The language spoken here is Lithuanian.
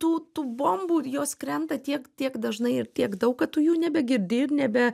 tų tų bombų jos krenta tiek tiek dažnai ir tiek daug kad tu jų nebegirdi ir nebe